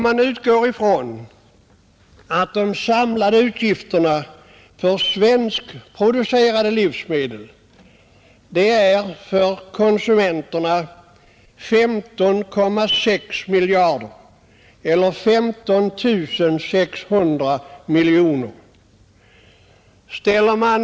Konsumenternas samlade utgifter för svenskproducerade livsmedel är 15 600 miljoner.